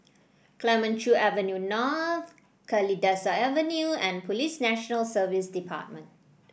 Clemenceau Avenue North Kalidasa Avenue and Police National Service Department